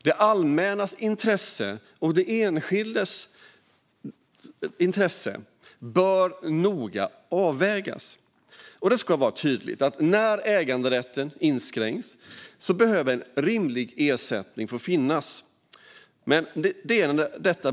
Det allmännas intresse kontra den enskildes intresse bör noga avvägas. Det ska också vara tydligt att en rimlig ersättning utgår när äganderätten inskränks.